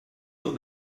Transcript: taux